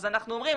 אז אנחנו אומרים,